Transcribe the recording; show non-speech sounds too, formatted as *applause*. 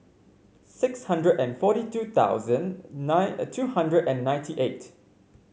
six hundred and forty two thousand nine *hesitation* two hundred and ninety eight